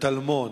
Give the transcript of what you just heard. בטלמון.